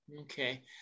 Okay